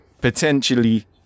potentially